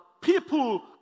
people